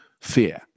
fear